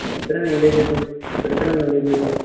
എത്ര മീല വച്ച കിട്ടും എത്ര എത്ര മീലേച്ചച്ച് കിട്ടും